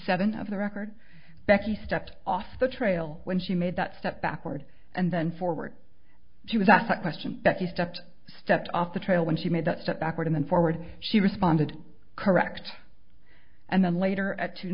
seven of the record becky stepped off the trail when she made that step backward and then forward she was asked a question that you stepped stepped off the trail when she made that step backward and forward she responded correct and then later at two